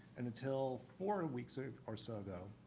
and until four weeks or or so ago,